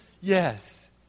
yes